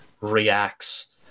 reacts